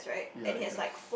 ya it does